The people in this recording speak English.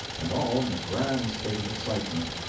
and all in a grand state of excitement.